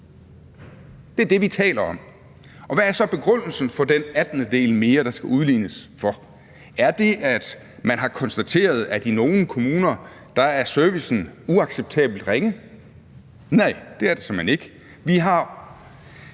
Det er det, vi taler om. Og hvad er så begrundelsen for den attendedel mere, der skal udlignes for? Er det, at man har konstateret, at servicen i nogle kommuner er uacceptabelt ringe? Nej, det er det såmænd ikke. I den